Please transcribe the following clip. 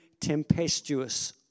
tempestuous